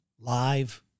live